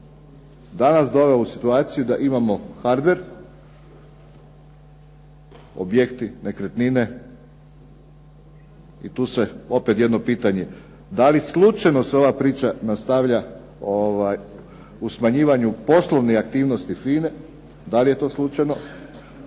danas doveo u situaciju da imamo hardver, objekti, nekretnine. I tu sada opet jedno pitanje. Da li slučajno se ova priča nastavlja o smanjivanju poslovene aktivnosti FINA-e? da li je to slučajno,